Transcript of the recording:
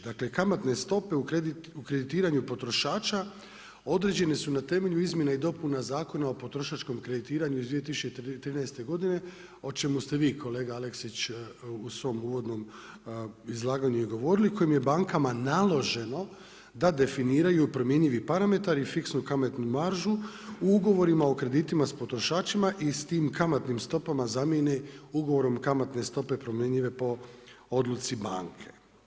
Dakle kamatne stope u kreditiranju potrošača određene su na temelju izmjene i dopuna Zakona o potrošačkom kreditiranju iz 2013. godine o čemu ste vi kolega Aleksić, u svom uvodnom izlaganju i govorili u kojem bankama naloženo da definiraju promjenjivi parametar i fiksnu kamatnu maržu u ugovorima o kreditima s potrošačima i s tim kamatnim stopama zamjene ugovorom kamatne stope promjenjive po odluci banke.